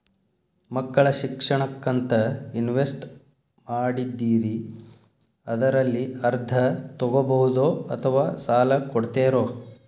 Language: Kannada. ಮಕ್ಕಳ ಶಿಕ್ಷಣಕ್ಕಂತ ಇನ್ವೆಸ್ಟ್ ಮಾಡಿದ್ದಿರಿ ಅದರಲ್ಲಿ ಅರ್ಧ ತೊಗೋಬಹುದೊ ಅಥವಾ ಸಾಲ ಕೊಡ್ತೇರೊ?